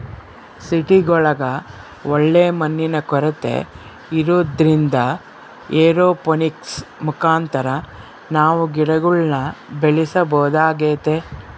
ಸಿಟಿಗುಳಗ ಒಳ್ಳೆ ಮಣ್ಣಿನ ಕೊರತೆ ಇರೊದ್ರಿಂದ ಏರೋಪೋನಿಕ್ಸ್ ಮುಖಾಂತರ ನಾವು ಗಿಡಗುಳ್ನ ಬೆಳೆಸಬೊದಾಗೆತೆ